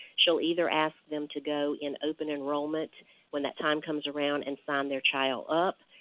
she will either ask them to go in open enrollment when that time comes around and sign their child up.